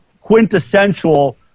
quintessential